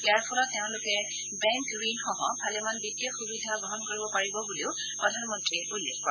ইয়াৰ ফলত তেওঁলোকে বেংক ঋণসহ ভালেমান বিগ্তীয় সুবিধা গ্ৰহণ কৰিব পাৰিব বুলি প্ৰধানমন্ত্ৰীয়ে উল্লেখ কৰে